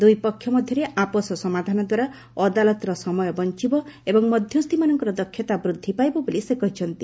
ଦୁଇ ପକ୍ଷ ମଧ୍ୟରେ ଆପୋଷ ସମାଧାନଦ୍ୱାରା ଅଦାଲତର ସମୟ ବଞ୍ଚବ ଏବଂ ମଧ୍ୟସ୍ଥିମାନଙ୍କର ଦକ୍ଷତା ବୃଦ୍ଧି ପାଇବ ବୋଲି ସେ କହିଛନ୍ତି